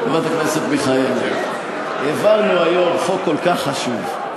חברת הכנסת מיכאלי, העברנו היום חוק כל כך חשוב.